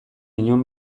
inon